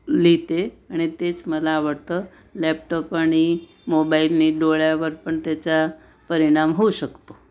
लिहिते आणि तेच मला आवडतं लॅपटॉप आणि मोबाईलने डोळ्यावर पण त्याचा परिणाम होऊ शकतो